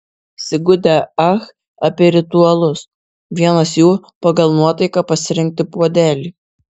sigutė ach apie ritualus vienas jų pagal nuotaiką pasirinkti puodelį